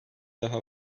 daha